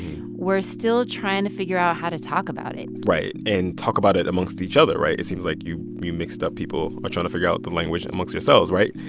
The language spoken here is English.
we're still trying to figure out how to talk about it right. and talk about it amongst each other, right? it seems like you you mixed-up people ah trying to figure out the language amongst yourselves right?